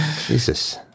Jesus